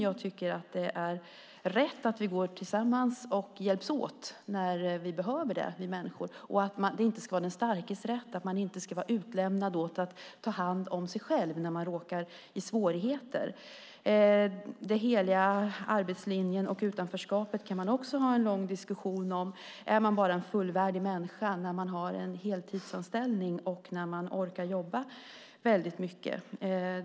Jag tycker att det är rätt att vi går tillsammans och hjälps åt när vi behöver det, vi människor, att inte den starkes rätt ska gälla, att man inte ska vara utlämnad åt att ta hand om sig själv när man råkar i svårigheter. Den heliga arbetslinjen och utanförskapet kan man också ha en lång diskussion om. Är man en fullvärdig människa bara när man har en heltidsanställning och orkar jobba mycket?